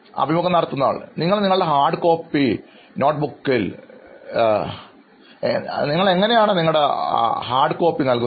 അഭിമുഖം നടത്തുന്നയാൾ നിങ്ങൾ നിങ്ങളുടെ ഹാർഡ് കോപ്പി നോട്ടുബുക്കുകൾ എന്നിവയാണ് നൽകുന്നത് എങ്ങനെയാണ് ചെയ്യുന്നത്